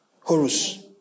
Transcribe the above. Horus